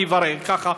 אם ככה,